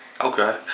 Okay